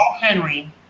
Henry